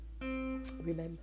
Remember